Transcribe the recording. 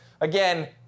Again